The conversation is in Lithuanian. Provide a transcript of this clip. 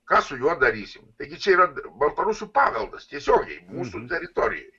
ką su juo darysim taigi čia yra baltarusių paveldas tiesiogiai mūsų teritorijoj